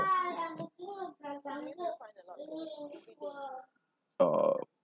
uh